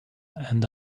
and